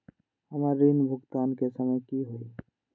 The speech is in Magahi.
हमर ऋण भुगतान के समय कि होई?